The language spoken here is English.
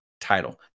title